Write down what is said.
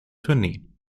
tournee